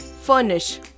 furnish